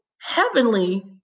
Heavenly